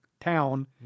town